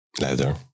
Leather